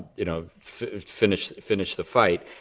you know, finish finish the fight.